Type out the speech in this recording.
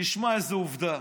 תשמע איזה עובדה,